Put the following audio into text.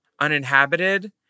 uninhabited